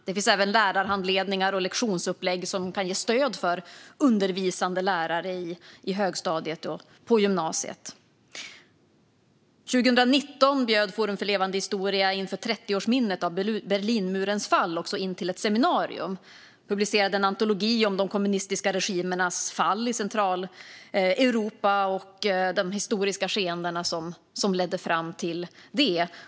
Det finns även lärarhandledningar och lektionsupplägg som kan ge stöd till undervisande lärare i högstadiet och på gymnasiet. År 2019 bjöd Forum för levande historia inför 30-årsminnet av Berlinmurens fall in till ett seminarium och publicerade en antologi om de kommunistiska regimernas fall i Centraleuropa och de historiska skeendena som ledde fram till det.